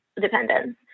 dependence